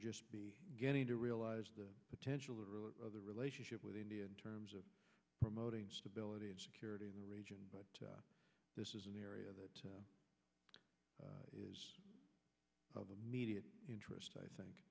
just getting to realize the potential of the relationship with india in terms of promoting stability and security in the region but this is an area that is of immediate interest i think